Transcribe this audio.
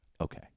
Okay